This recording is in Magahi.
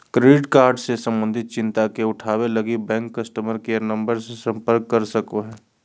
क्रेडिट कार्ड से संबंधित चिंता के उठावैय लगी, बैंक कस्टमर केयर नम्बर से संपर्क कर सको हइ